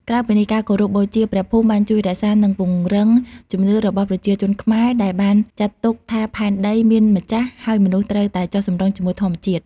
ក្រៅពីនេះ ការគោរពបូជាព្រះភូមិបានជួយរក្សានិងពង្រឹងជំនឿរបស់ប្រជាជនខ្មែរដែលបានចាត់ទុកថាផែនដីមានម្ចាស់ ហើយមនុស្សត្រូវតែចុះសម្រុងជាមួយធម្មជាតិ។